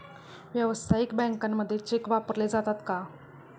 व्यावसायिक बँकांमध्ये चेक वापरले जातात का?